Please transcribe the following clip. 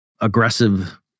aggressive